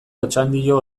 otxandio